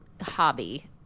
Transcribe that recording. hobby